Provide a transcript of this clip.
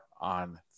on